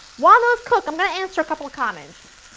while those cook, i'm going to answer a couple comments.